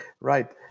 Right